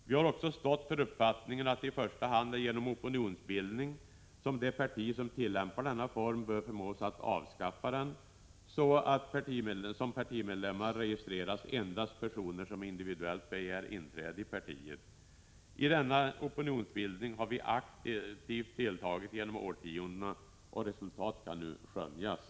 Vi har också stått för uppfattningen att det i första hand är genom opinionsbildning som det parti som tillämpar denna kollektivanslutning bör förmås att avskaffa den, så att som partimedlemmar registreras endast de som individuellt begär inträde i partiet. I denna opinionsbildning har vi aktivt deltagit genom årtiondena. Resultaten kan nu skönjas.